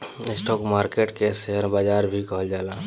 stock market के share बाजार भी कहल जाला